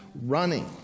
running